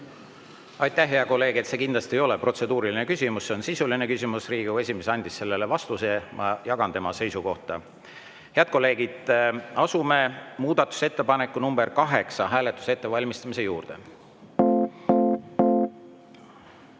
Aitäh, hea kolleeg! See kindlasti ei ole protseduuriline küsimus, see on sisuline küsimus. Riigikogu esimees andis sellele vastuse, ma jagan tema seisukohta. Head kolleegid, asume muudatusettepaneku nr 8 hääletuse ettevalmistamise juurde.